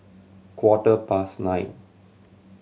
quarter past nine